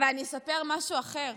אני אספר משהו אחר.